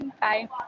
Bye